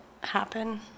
happen